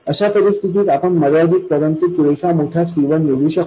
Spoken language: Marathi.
अशा परिस्थितीत आपण मर्यादित परंतु पुरेसा मोठा C1निवडू शकतो